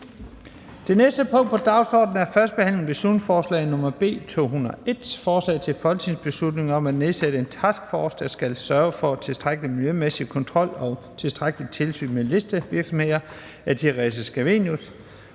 Det næste punkt på dagsordenen er: 46) 1. behandling af beslutningsforslag nr. B 201: Forslag til folketingsbeslutning om at nedsætte en taskforce, der skal sørge for tilstrækkelig miljømæssig kontrol og tilstrækkeligt tilsyn med listevirksomheder. Af Theresa Scavenius